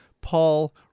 Paul